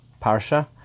Parsha